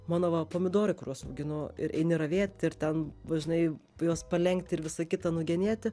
mano va pomidorai kuriuos auginu ir eini ravėt ir ten va žinai juos palenkti ir visa kita nugenėti